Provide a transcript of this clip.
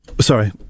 Sorry